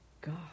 God